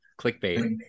clickbait